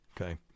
Okay